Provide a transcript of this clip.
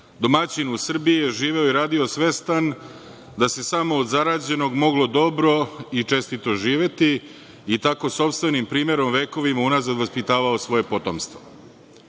Domaćin u Srbiji je živeo i radio svestan da se samo od zarađenog moglo dobro i čestito živeti i tako sopstvenim primerom vekovima unazad vaspitavao svoje potomstvo.